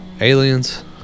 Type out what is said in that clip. aliens